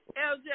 LJ